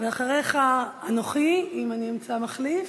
אחריך אנוכי, אם אמצא מחליף.